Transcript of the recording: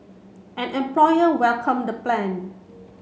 an employer welcomed the plan